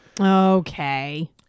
Okay